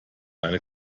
eine